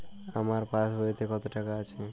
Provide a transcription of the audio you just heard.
আমার পাসবইতে কত টাকা আছে?